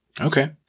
Okay